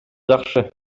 жакшы